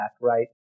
right